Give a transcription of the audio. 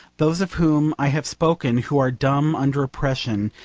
those of whom i have spoken, who are dumb under oppression,